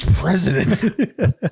president